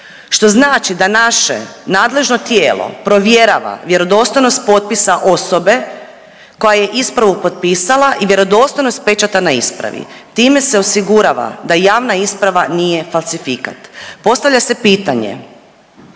što znači da naše nadležno tijelo provjerava vjerodostojnost potpisa osobe koja je ispravu potpisala i vjerodostojnost pečata na ispravi, time se osigurava da javna isprava nije falsifikat. Postavlja se pitanje